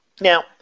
now